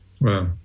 Wow